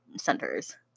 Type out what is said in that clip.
centers